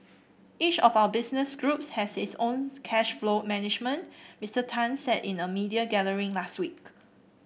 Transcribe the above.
each of our business groups has its own cash flow management Mister Tan said in a media gathering last week